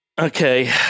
Okay